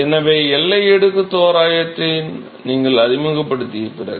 எனவே எல்லை அடுக்கு தோராயத்தை நீங்கள் அறிமுகப்படுத்திய பிறகு